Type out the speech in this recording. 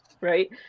right